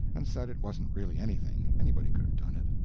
and said it wasn't really anything, anybody could have done it.